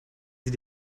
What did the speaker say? sie